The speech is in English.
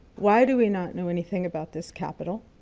why do we not know anything about this capital?